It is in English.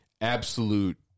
absolute